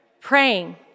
praying